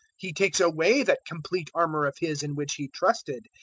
he takes away that complete armour of his in which he trusted,